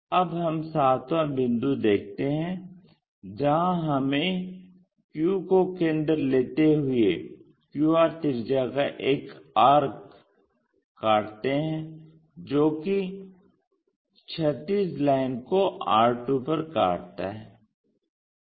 अब हम सातवां बिंदु देखते हैं जहां हमें q को केंद्र लेते हुए qr त्रिज्या का एक आर्क बांटे हैं जो कि क्षैतिज लाइन को r2 पर काटता है